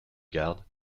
garde